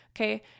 okay